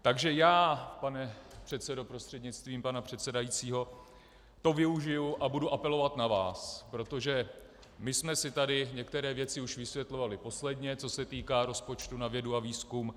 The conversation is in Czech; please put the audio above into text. Takže já, pane předsedo prostřednictvím pana předsedajícího, to využiji a budu apelovat na vás, protože my jsme si tady některé věci už vysvětlovali posledně, co se týká rozpočtu na vědu a výzkum.